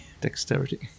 Dexterity